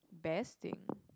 best thing